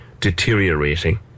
deteriorating